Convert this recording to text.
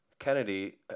Kennedy